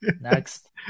Next